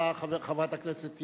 חברת הכנסת תירוש,